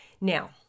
Now